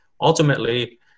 ultimately